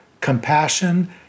compassion